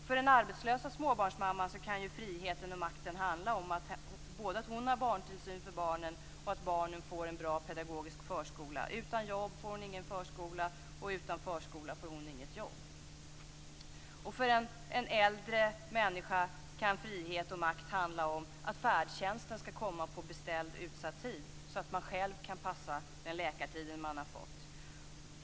För den arbetslösa småbarnsmamman kan ju friheten och makten handla om att hon har barntillsyn för barnen och att barnen får gå i en bra pedagogisk förskola. Om hon är utan jobb får barnen inte gå i förskolan, och om barnen inte går i förskolan får hon inget jobb. För en äldre människa kan frihet och makt handla om att färdtjänsten skall komma på utsatt tid så att man själv kan passa den läkartid man har fått.